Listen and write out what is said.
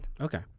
Okay